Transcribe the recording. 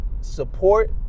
support